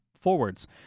forwards